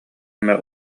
эмэ